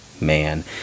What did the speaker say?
Man